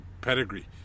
pedigree